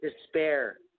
despair